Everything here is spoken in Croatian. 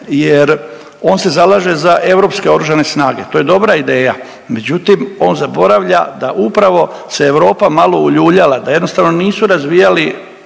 jer on se zalaže za europske oružane snage. To je dobra ideja, međutim, on zaboravlja da upravo se Europa malo uljuljala, da jednostavno nisu razvijali